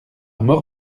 mort